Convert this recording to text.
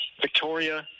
Victoria